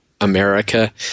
America